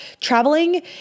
traveling